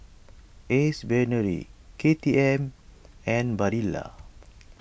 Ace Brainery K T M and Barilla